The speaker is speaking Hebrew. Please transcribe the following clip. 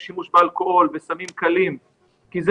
של שימוש באלכוהול וסמים קלים כי זה